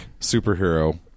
superhero